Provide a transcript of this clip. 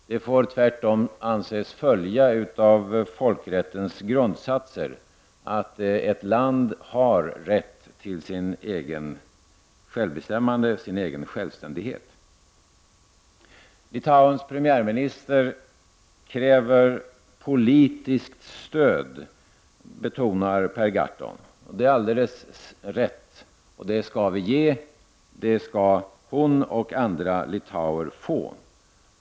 Det får tvärtom anses följa av folkrättens grundsatser att ett land har rätt till sitt eget självbestämmande och sin egen självständighet. Litauens premiärminister kräver politiskt stöd, betonar Per Gahrton. Det är alldeles riktigt, och ett sådant skall vi ge. Det stödet skall hon och andra litauer få.